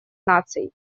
наций